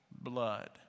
Blood